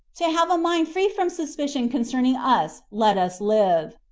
to have a mind free from suspicion concerning us let us live,